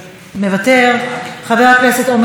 חבר הכנסת ינון אזולאי,